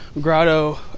Grotto